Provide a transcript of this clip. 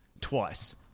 twice